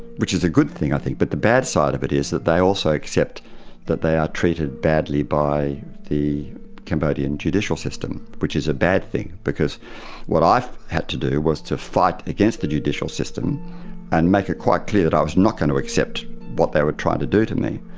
which is a good thing i think, but the bad side of it is that they also accept that they are treated badly by the cambodian judicial system, which is a bad thing. because what i had to do was to fight against the judicial system and make it quite clear that i was not going to accept what they were trying to do to me,